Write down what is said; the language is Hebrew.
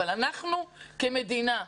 אבל אנחנו כמדינה,